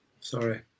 sorry